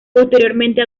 posteriormente